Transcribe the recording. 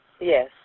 Yes